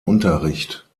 unterricht